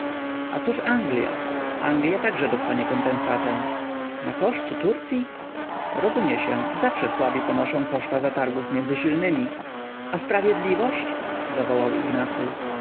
a cóż anglia anglia także dostanie kompensatę na koszt turcyi rozumie się zawsze słabi ponoszą koszta zatargów między silnymi a sprawiedliwość zawołał ignacy